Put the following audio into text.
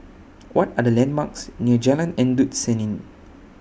What Are The landmarks near Jalan Endut Senin